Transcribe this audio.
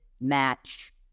match